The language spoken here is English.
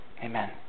Amen